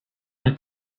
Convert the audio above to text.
nel